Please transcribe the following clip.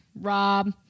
Rob